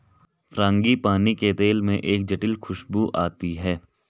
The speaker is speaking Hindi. फ्रांगीपानी के तेल में एक जटिल खूशबू आती है